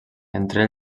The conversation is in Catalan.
entre